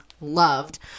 Loved